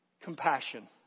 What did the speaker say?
Compassion